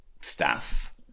staff